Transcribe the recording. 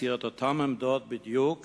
הצהיר את אותן עמדות בדיוק